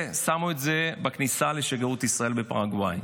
ושמו את זה בכניסה לשגרירות ישראל בפרגוואי.